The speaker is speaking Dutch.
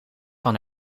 van